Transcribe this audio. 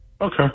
Okay